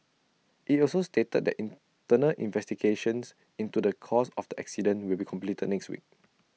IT also stated that internal investigations into the cause of the accident will be completed next week